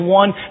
one